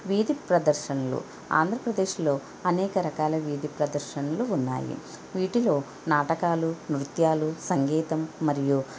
వీధి ప్రదర్శనలు ఆంధ్రప్రదేశ్లో అనేక రకాల వీధి ప్రదర్శనలు ఉన్నాయి వీటిలో నాటకాలు నృత్యాలు సంగీతం మరియు